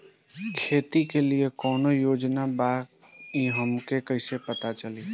खेती के लिए कौने योजना बा ई हमके कईसे पता चली?